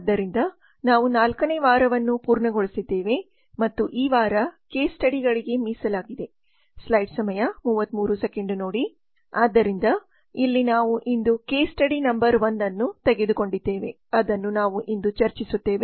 ಆದ್ದರಿಂದ ನಾವು ನಾಲ್ಕನೇ ವಾರವನ್ನು ಪೂರ್ಣಗೊಳಿಸಿದ್ದೇವೆ ಮತ್ತು ಈ ವಾರ ಕೇಸ್ ಸ್ಟಡಿಗಳಿಗೆ ಮೀಸಲಾಗಿದೆ ಆದ್ದರಿಂದ ಇಲ್ಲಿ ನಾವು ಇಂದು ಕೇಸ್ ಸ್ಟಡಿ ನಂಬರ್ 1 ಅನ್ನು ತೆಗೆದುಕೊಂಡಿದ್ದೇವೆ ಅದನ್ನು ನಾವು ಇಂದು ಚರ್ಚಿಸುತ್ತೇವೆ